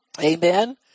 amen